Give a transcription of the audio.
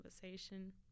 conversation